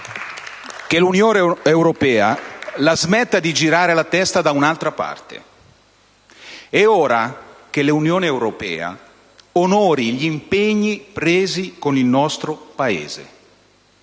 che l'Unione europea la smetta di girare la testa da un'altra parte, è ora che l'Unione europea onori gli impegni presi con il nostro Paese.